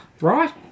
right